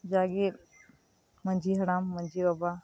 ᱡᱟᱜᱮ ᱢᱟᱡᱷᱤ ᱦᱟᱲᱟᱢ ᱢᱟᱡᱷᱤ ᱵᱟᱵᱟ